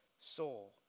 soul